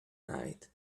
night